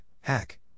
hack